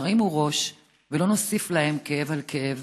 ירימו ראש ולא נוסיף להם כאב על כאב.